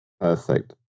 Perfect